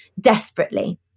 desperately